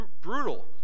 brutal